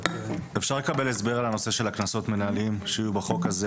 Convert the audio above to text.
אפשר לקבל הסבר על הנושא של קנסות מינהליים שיהיו בחוק הזה?